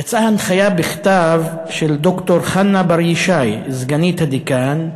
יצאה הנחיה בכתב של ד"ר חנה בר-ישי, סגנית הדיקן,